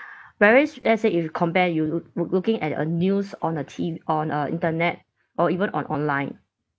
whereas let's say if you compare you look loo~ looking at a news on a T on uh internet or even on online